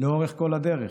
לאורך כל הדרך.